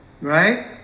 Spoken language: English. right